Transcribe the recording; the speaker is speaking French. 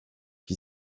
qui